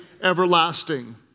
everlasting